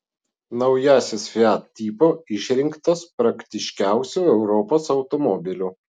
naujasis fiat tipo išrinktas praktiškiausiu europos automobiliu